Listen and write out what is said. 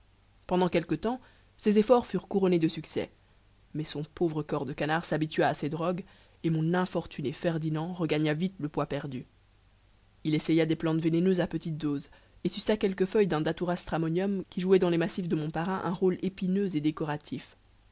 pendant quelque temps ses efforts furent couronnés de succès mais son pauvre corps de canard shabitua à ces drogues et mon infortuné ferdinand regagna vite le poids perdu il essaya des plantes vénéneuses à petites doses et suça quelques feuilles dun datura stramonium qui jouait dans les massifs de mon parrain un rôle épineux et décoratif